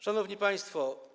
Szanowni Państwo!